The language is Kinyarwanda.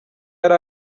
yari